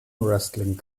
wrestling